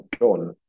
done